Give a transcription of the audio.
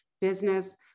business